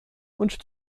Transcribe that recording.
und